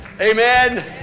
Amen